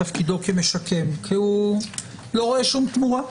תפקידו כמשקם כי הוא לא רואה שום תמורה.